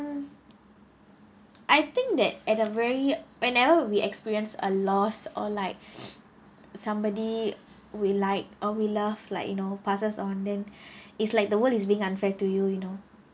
um I think that at a very whenever we experienced a loss or like somebody we like or we love like you know passes on then it's like the world is being unfair to you you know